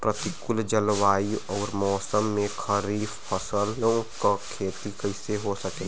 प्रतिकूल जलवायु अउर मौसम में खरीफ फसलों क खेती कइसे हो सकेला?